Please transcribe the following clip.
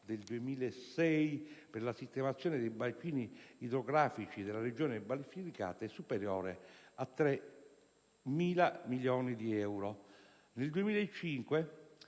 del 2006 per la sistemazione dei bacini idrografici della Regione Basilicata, è superiore a 3.000 milioni di euro. Nel 2005